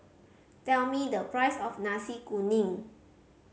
tell me the price of Nasi Kuning